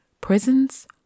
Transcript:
prisons